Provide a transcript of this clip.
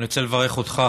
אני רוצה לברך אותך,